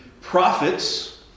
Prophets